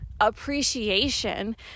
appreciation